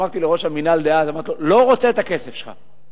אמרתי לראש המינהל דאז: לא רוצה את הכסף שלך.